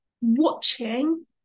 watching